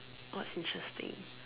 what's interesting